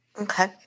Okay